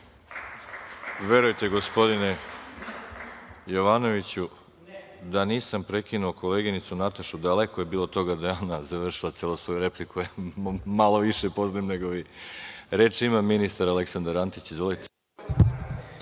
Verujte, gospodine Jovanoviću, da nisam prekinuo koleginicu Natašu, daleko je bilo od toga da je ona završila celu svoju repliku, ja je malo više poznajem nego vi. Reč ima ministar Aleksandar Antić. Izvolite.